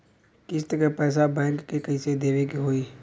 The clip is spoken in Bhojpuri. किस्त क पैसा बैंक के कइसे देवे के होई?